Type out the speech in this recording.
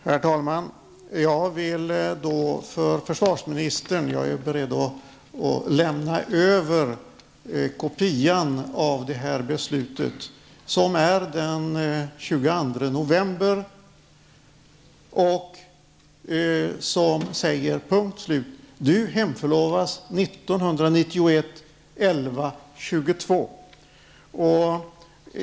Herr talman! Jag är beredd att till försvarsministern lämna över kopian av detta beslut, som är daterat den 22 november och som säger: Punkt. Slut. Du hemförlovas 1991-11-22.